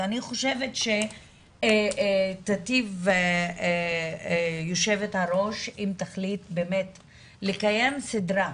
אז אני חושבת שתיטיב היו"ר אם תחליט לקיים סדרה,